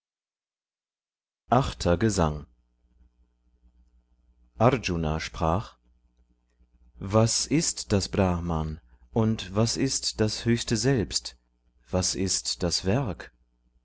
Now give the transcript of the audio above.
achter gesang arjuna sprach was ist das brahman und was ist das höchste selbst was ist das werk